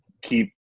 keep